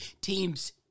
teams